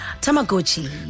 Tamagotchi